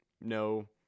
no